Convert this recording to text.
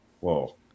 whoa